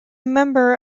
member